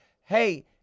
Hey